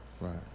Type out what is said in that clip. Right